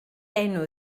enw